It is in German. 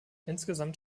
insgesamt